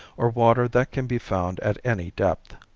or water that can be found at any depth.